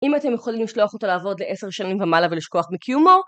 אם אתם יכולים לשלוח אותו לעבוד לעשר שנים ומעלה ולשכוח מקיומו